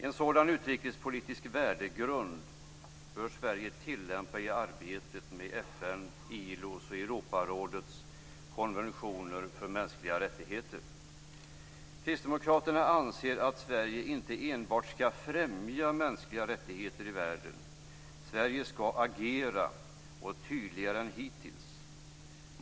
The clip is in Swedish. En sådan utrikespolitisk värdegrund bör Sverige tillämpa i arbetet med FN:s, ILO:s och Europarådets konventioner för mänskliga rättigheter. Kristdemokraterna anser att Sverige inte enbart ska främja mänskliga rättigheter i världen. Sverige ska agera, och man ska agera tydligare än hittills.